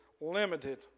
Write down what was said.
limited